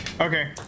Okay